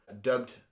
dubbed